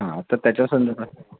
हां तर त्याच्या संदर्भात